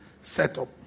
setup